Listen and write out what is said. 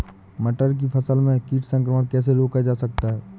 मटर की फसल में कीट संक्रमण कैसे रोका जा सकता है?